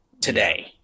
today